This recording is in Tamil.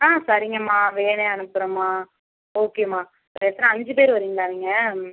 ஆ சரிங்கம்மா வேனே அனுப்புறம்மா ஓகேம்மா எத்தனை அஞ்சு பேர் வரிங்களா நீங்கள்